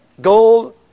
gold